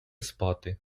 спати